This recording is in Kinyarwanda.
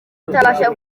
atabasha